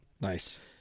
Nice